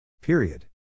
Period